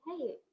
Hey